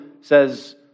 says